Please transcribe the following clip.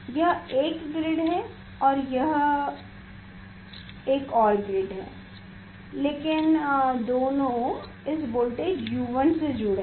यह एक ग्रिड है और यह एक और ग्रिड है लेकिन दोनों इस वोल्टेज U1 से जुड़े हुए हैं